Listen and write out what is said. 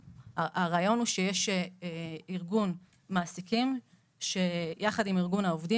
הרעיון הוא שיש ארגון מעסיקים שיחד עם ארגון העובדים